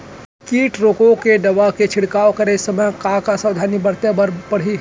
किट रोके के दवा के छिड़काव करे समय, का का सावधानी बरते बर परही?